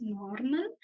normal